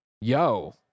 yo